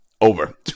Over